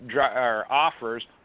offers